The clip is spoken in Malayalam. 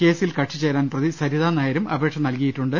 കേസ്സിൽ കക്ഷി ചേരാൻ പ്രതി സരിതാ നായരും അപേക്ഷ നൽകിയിട്ടുണ്ട്